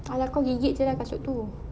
a~ lah kau gigit jer lah kasut tu